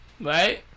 right